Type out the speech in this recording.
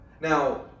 Now